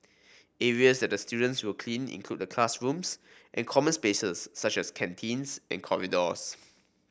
areas that the students will clean include the classrooms and common spaces such as canteens and corridors